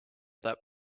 that